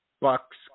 Bucks